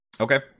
Okay